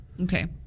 Okay